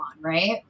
right